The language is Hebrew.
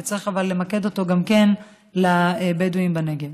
וצריך למקד אותו בבדואים בנגב.